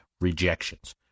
rejections